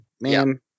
man